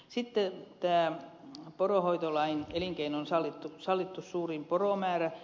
sitten poronhoitolain elinkeinon sallittu suurin poromäärä